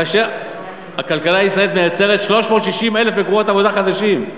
כאשר הכלכלה הישראלית מייצרת 360,000 מקומות עבודה חדשים.